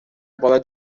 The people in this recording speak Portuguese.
bola